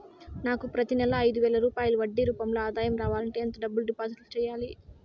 నాకు ప్రతి నెల ఐదు వేల రూపాయలు వడ్డీ రూపం లో ఆదాయం రావాలంటే ఎంత డబ్బులు డిపాజిట్లు సెయ్యాలి?